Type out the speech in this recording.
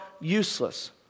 useless